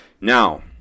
now